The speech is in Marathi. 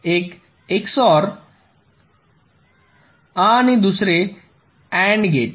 एक XOR आणि दुसरे AND गेट